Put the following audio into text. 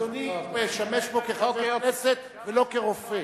אדוני משמש פה כחבר הכנסת, ולא כרופא.